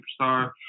superstar